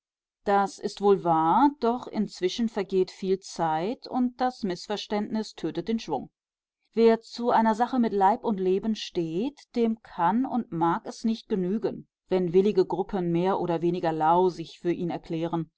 das ist wohl wahr doch inzwischen vergeht viel zeit und das mißverständnis tötet den schwung wer zu einer sache mit leib und leben steht dem kann und mag es nicht genügen wenn willige gruppen mehr oder weniger lau sich für ihn erklären